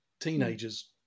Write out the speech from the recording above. Teenagers